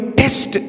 test